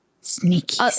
Sneaky